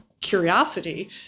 curiosity